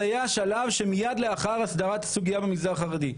זה יהיה השלב שמיד אחרי הסדרת הסוגיה במגזר החרדי.